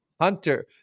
Hunter